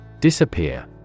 Disappear